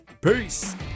Peace